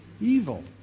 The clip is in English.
evil